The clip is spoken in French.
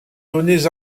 données